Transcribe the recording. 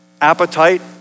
appetite